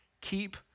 keep